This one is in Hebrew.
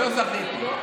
לא זכיתי.